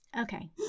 Okay